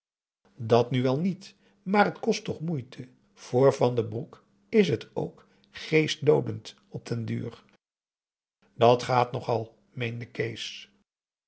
dat nu wel niet maar het kost toch moeite voor van den broek is het ook geestdoodend op den duur dat gaat nogal meende kees